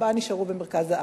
ארבעה נשארו במרכז הארץ,